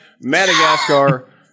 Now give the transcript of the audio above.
Madagascar